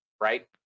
right